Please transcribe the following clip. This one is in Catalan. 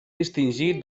distingir